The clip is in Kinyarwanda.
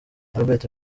albert